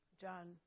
John